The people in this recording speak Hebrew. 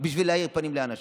בשביל להאיר פנים לאנשים.